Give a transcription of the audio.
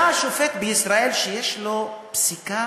היה שופט בישראל שיש לו פסיקה,